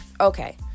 okay